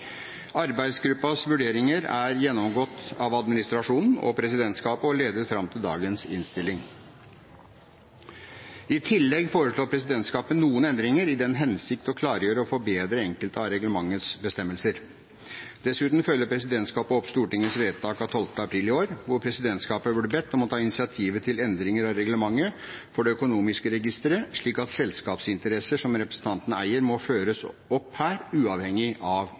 Arbeidsgruppens vurderinger er gjennomgått av administrasjonen og presidentskapet og har ledet fram til dagens innstilling. I tillegg foreslår presidentskapet noen endringer i den hensikt å klargjøre og forbedre enkelte av reglementets bestemmelser. Dessuten følger presidentskapet opp Stortingets vedtak av 12. april i år, hvor presidentskapet ble bedt om å ta initiativ til endring av reglementet for det økonomiske registeret, slik at selskapsinteresser som representantene eier, må føres opp her, uavhengig av